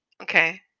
okay